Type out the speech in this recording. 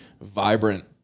vibrant